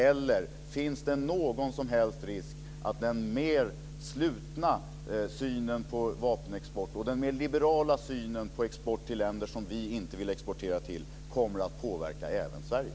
Eller finns det någon som helst risk att den mer slutna synen på vapenexport och den mer liberala synen på export till länder som vi inte vill exportera till kommer att påverka även Sverige?